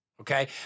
okay